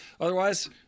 Otherwise